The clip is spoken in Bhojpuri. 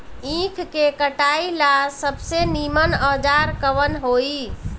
ईख के कटाई ला सबसे नीमन औजार कवन होई?